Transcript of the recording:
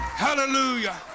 Hallelujah